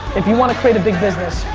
if you want to create a big business,